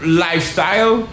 lifestyle